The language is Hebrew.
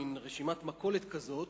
מין רשימת מכולת כזאת,